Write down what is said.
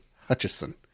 Hutchison